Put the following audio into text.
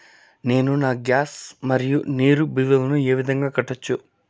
నేను నా గ్యాస్, మరియు నీరు బిల్లులను ఏ విధంగా కట్టొచ్చు?